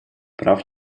прав